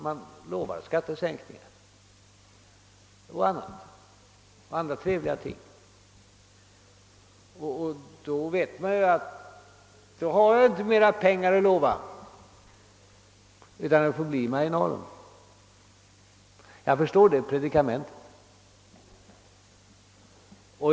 Den lovar skattesänkningar och andra trevliga ting, och sedan vet den att det inte finns mer pengar att ge ut utan att det får bli marginaler.